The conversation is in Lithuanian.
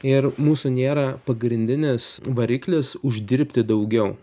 ir mūsų nėra pagrindinis variklis uždirbti daugiau